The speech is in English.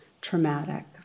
traumatic